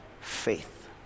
faith